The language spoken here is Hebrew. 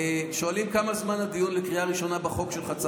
שואלים כמה זמן צריך לקחת הדיון לקריאה ראשונה בחוק שלך.